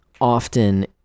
Often